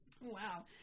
Wow